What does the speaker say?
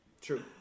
True